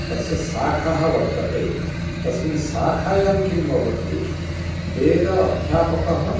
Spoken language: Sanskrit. अस्य शाखा वर्तते तस्मिन् शाखायां किं भवति वेद अध्यापकः